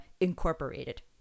incorporated